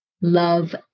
love